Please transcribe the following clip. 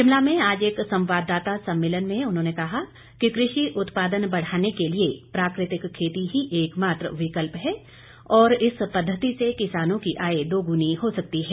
शिमला में आज एक संवाददाता सम्मेलन में उन्होंने कहा कि कृषि उत्पादन बढ़ाने के लिए प्राकृतिक खेती ही एक मात्र विकल्प है और इस पद्धति से किसानों की आय दोगुनी हो सकती है